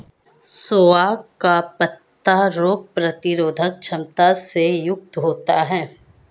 सोआ का पत्ता रोग प्रतिरोधक क्षमता से युक्त होता है